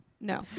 No